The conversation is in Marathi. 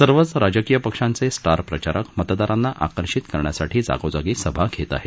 सर्वच राजकीय पक्षांचे स्टार प्रचारक मतदारांना आकर्षित करण्यासाठी जागोजागी सभा घेत आहेत